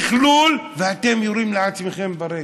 בשכלול, ואתם יורים לעצמכם ברגל.